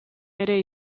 ere